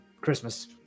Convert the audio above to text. Christmas